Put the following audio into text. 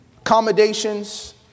Accommodations